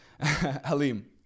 Halim